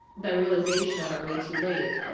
the realization of are we too late?